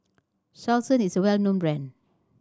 Selsun is well known brand